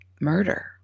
murder